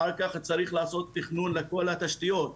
אחר כך צריך לעשות תכנון לכל התשתיות,